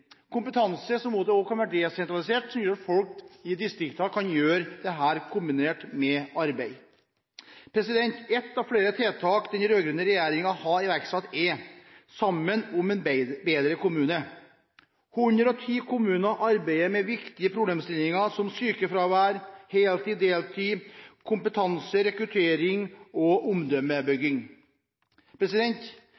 kompetanse og økt rekruttering. Kompetansehevingen kan være desentralisert, slik at folk i distriktene kan gjøre dette kombinert med arbeid. Ett av flere tiltak den rød-grønne regjeringen har iverksatt, er «Saman om ein betre kommune». 110 kommuner arbeider med viktige problemstillinger som sykefravær, heltid/deltid, kompetanse, rekruttering og